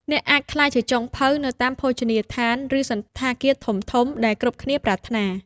អ្នកអាចក្លាយជាចុងភៅនៅតាមភោជនីយដ្ឋាន ឬសណ្ឋាគារធំៗ ដែលគ្រប់គ្នាប្រាថ្នា។